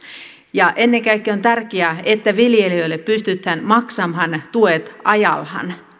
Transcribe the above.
ennen kaikkea on tärkeää että viljelijöille pystytään maksamaan tuet ajallaan